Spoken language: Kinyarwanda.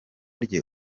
rye